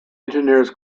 engineers